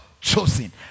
chosen